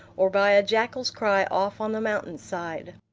or by a jackal's cry off on the mountain-side.